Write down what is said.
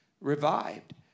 revived